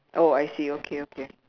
oh I see okay okay